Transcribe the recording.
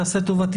תעשה טובה,